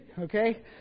okay